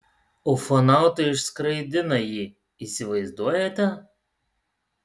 ufonautai išskraidina jį įsivaizduojate